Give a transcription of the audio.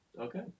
Okay